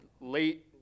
late